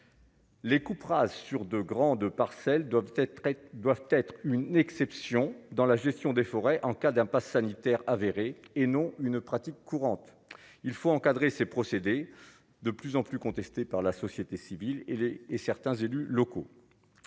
Les coupera sur de grandes parcelles doivent être doivent être une exception dans la gestion des forêts en cas d'un Pass sanitaire avéré et non une pratique courante il faut encadrer ces procédés de plus en plus contesté par la société civile et les et certains élus locaux,